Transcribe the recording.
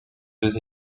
deux